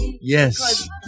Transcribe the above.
Yes